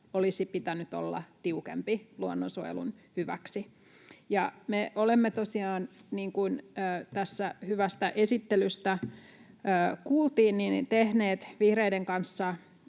olisi pitänyt olla tiukempi luonnonsuojelun hyväksi. Me olemme tosiaan, niin kuin hyvästä esittelystä kuultiin, vihreiden kanssa